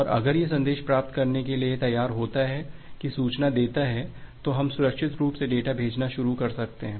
और अगर यह संदेश प्राप्त करने के लिए तैयार होता है की सुचना देता है तो हम सुरक्षित रूप से डेटा भेजना शुरू कर सकते हैं